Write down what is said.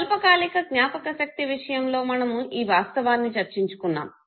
స్వల్పకాలిక జ్ఞాపకశక్తి విషయంలో మనము ఈ వాస్తవాన్ని చర్చించుకున్నాము